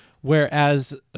Whereas